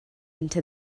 into